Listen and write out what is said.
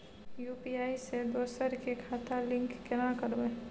UPI से दोसर के खाता लिंक केना करबे?